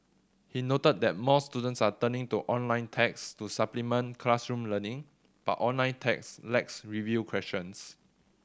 he noted that more students are turning to online text to supplement classroom learning but online text lacks review questions